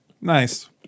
Nice